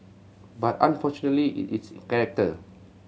but unfortunately it's in character